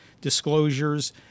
disclosures